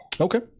Okay